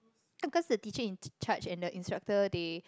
no cause the teacher in charge and the instructor they